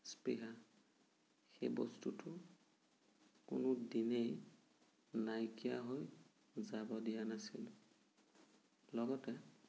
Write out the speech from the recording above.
স্পৃহা সেই বস্তুটো কোনোদিনেই নাইকীয়া হৈ যাব দিয়া নাছিলোঁ লগতে